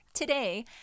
Today